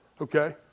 Okay